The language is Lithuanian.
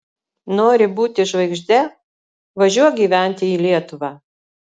nori būti žvaigžde važiuok gyventi į lietuvą